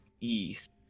east